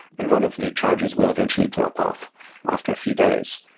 and one of the charges will eventually drop off after a few days.